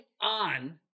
on